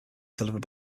delivered